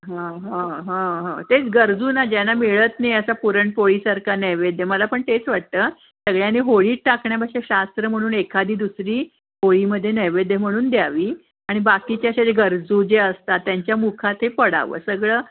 हो हो हो हो तेच गरजूना ज्यांना मिळत नाही असा पुरणपोळीसारखा नैवेद्य मला पण तेच वाटतं सगळ्यांनी होळी टाकण्यापेक्षा शास्त्र म्हणून एखादी दुसरी होळीमध्ये नैवेद्य म्हणून द्यावी आणि बाकीच्या अशा जे गरजू जे असतात त्यांच्या मुखात हे पडावं सगळं